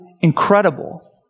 incredible